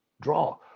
draw